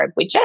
widget